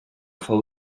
fou